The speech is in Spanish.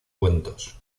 cuentos